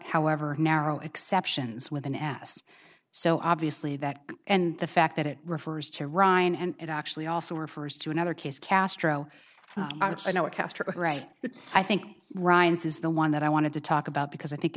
however narrow exceptions with an ass so obviously that and the fact that it refers to ryan and it actually also refers to another case castro i know a castro right but i think ryan's is the one that i wanted to talk about because i think